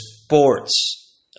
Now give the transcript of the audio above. sports